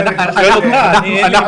זה שאלה של כן או לא.